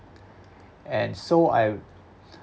and so I